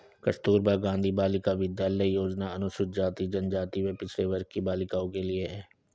कस्तूरबा गांधी बालिका विद्यालय योजना अनुसूचित जाति, जनजाति व पिछड़े वर्ग की बालिकाओं के लिए है